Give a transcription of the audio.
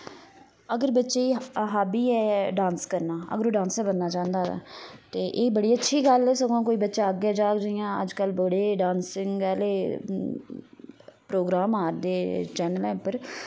अगर बच्चे दी हाबी ऐ डांस करना अगर ओह् डांसर बनना चाहंदा ऐ ता एह् बड़ी अच्छी गल्ल ऐ सगोआं कोई बच्चा अग्गै जाग जि'यां अजकल्ल बड़े डान्सिंग आह्ले प्रोग्राम आ'रदे चैन्नलैं उप्पर